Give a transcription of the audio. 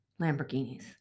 Lamborghinis